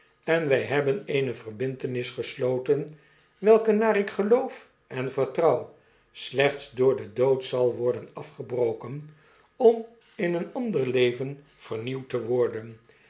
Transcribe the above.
en wy hebben eene verbintenis gesloten welke naar ik geloof en vertrouw slechts door den dood zal worden afgebroken om in een ander leven vernieuwd te worden